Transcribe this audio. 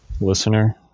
listener